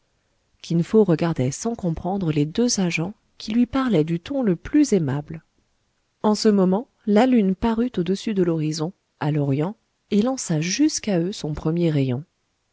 kin fo regardait sans comprendre les deux agents qui lui parlaient du ton le plus aimable en ce moment la lune parut audessus de l'horizon à l'orient et lança jusqu'à eux son premier rayon